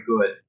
good